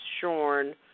shorn